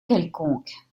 quelconque